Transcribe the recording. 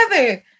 together